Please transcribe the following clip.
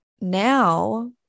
now